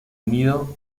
unido